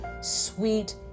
sweet